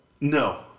No